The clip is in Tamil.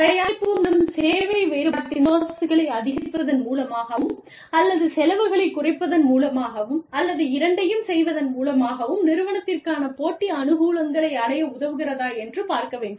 தயாரிப்பு மற்றும் சேவை வேறுபாட்டின் சோர்ஸ்களை அதிகரிப்பதன் மூலமாகவும் அல்லது செலவுகளைக் குறைப்பதன் மூலமாகவும் அல்லது இரண்டையும் செய்வதன் மூலமாகவும் நிறுவனத்திற்கான போட்டி அனுகூலங்களை அடைய உதவுகிறதா என்று பார்க்க வேண்டும்